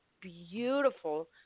beautiful